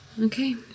Okay